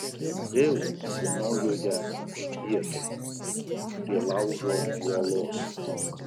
vėl senojoje vietoj prie laužo uolos